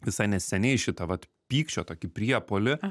visai neseniai šitą vat pykčio tokį priepuolį